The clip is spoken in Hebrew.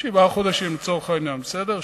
שבעה חודשים, לצורך העניין, בסדר?